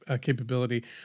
capability